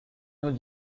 new